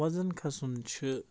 وَزَن کھسُن چھِ